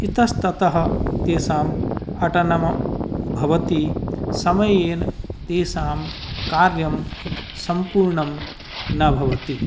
इतस्ततः तेषाम् अटनम् भवति समयेन तेषां कार्यं सम्पूर्णं न भवति